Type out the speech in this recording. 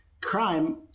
crime